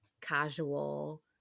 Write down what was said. casual